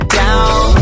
down